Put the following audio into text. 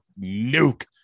nuke